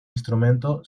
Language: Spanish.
instrumento